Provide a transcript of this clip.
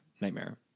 nightmare